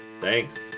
Thanks